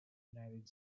united